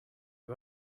you